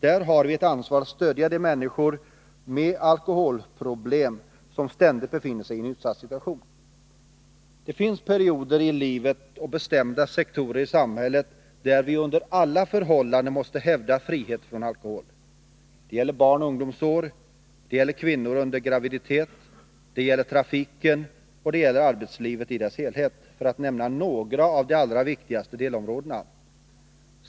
Där har vi ett ansvar att stödja de människor med alkoholproblem som ständigt befinner sig i en utsatt situation. Det finns perioder i livet och bestämda sektorer i samhället beträffande vilka vi under alla förhållanden måste hävda frihet från alkohol. Det gäller barnoch ungdomsåren, det gäller kvinnor under graviditet samt trafiken och arbetslivet i dess helhet, för att nämna några av de allra viktigaste delområdena.